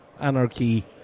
anarchy